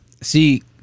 see